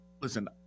Listen